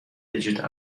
digit